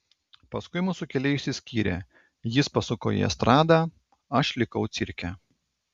paskui mūsų keliai išsiskyrė jis pasuko į estradą aš likau cirke